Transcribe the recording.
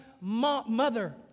mother